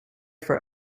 for